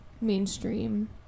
mainstream